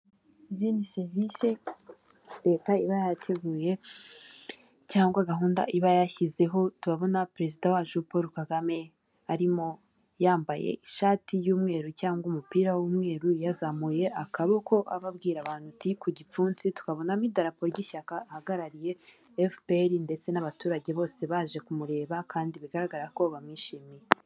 Izindi serivise leta iba yarateguye, cyangwa gahunda iba yashyizeho turabona perezida wacu paul kagame arimo yambaye ishati y'umweru cyangwa umupira w'umweru, yazamuye akaboko ababwira abantu, ati ku gipfunsi twabonamo idarapo ry'ishyaka ahagarariye efupeyeri, ndetse n'abaturage bose baje kumureba kandi bigaragara ko bamwishimiye.